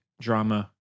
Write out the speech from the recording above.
drama